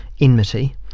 enmity